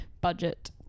budget